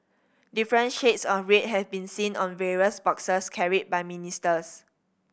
different shades of red have been seen on various boxes carried by ministers